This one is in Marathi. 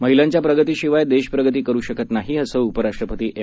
महिलांच्या प्रगतीशिवाय देश प्रगती करू शकत नाही असं उपराष्ट्रपती एम